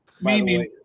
Mimi